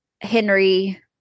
Henry